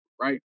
right